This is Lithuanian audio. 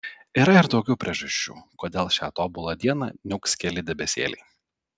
yra ir daugiau priežasčių kodėl šią tobulą dieną niauks keli debesėliai